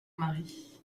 mari